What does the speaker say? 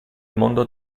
mondo